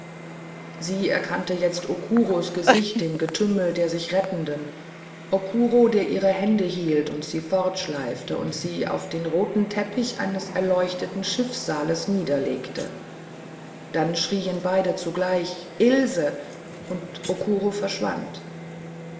sie erkannte jetzt okuros gesicht im getümmel der sich rettenden okuro der ihre hände hielt und sie fortschleifte und sie auf den roten teppich eines erleuchteten schiffssaales niederlegte dann schrien beide zugleich ilse und okuro verschwand